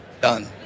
Done